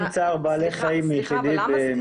צער בעלי חיים יחידי במשטרת ישראל.